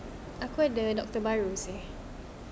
aku ada doctor baru seh